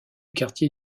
quartier